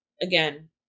again